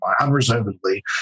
unreservedly